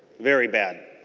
very bad.